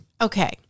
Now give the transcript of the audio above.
Okay